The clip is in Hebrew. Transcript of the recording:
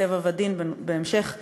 טבע ודין" בהמשך לבג"ץ.